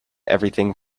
everything